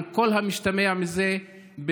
על כל המשתמע מזה,